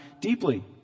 deeply